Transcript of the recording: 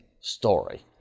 story